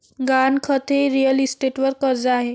गहाणखत हे रिअल इस्टेटवर कर्ज आहे